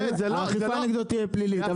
האכיפה נגדו תהיה פלילית,